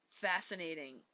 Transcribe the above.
fascinating